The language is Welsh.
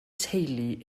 teulu